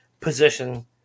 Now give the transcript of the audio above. position